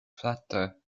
flatter